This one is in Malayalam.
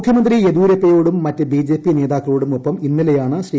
മുഖ്യമന്ത്രി യദ്യൂരപ്പയോടും മറ്റ് ബിജെപി നേതാക്കളോടും ഒപ്പം ഇന്നലെയാണ് ശ്രീ